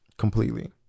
Completely